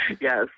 yes